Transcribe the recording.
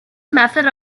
method